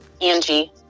Angie